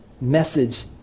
message